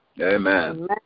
Amen